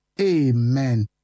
Amen